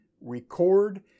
record